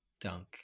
Dunk